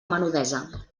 menudesa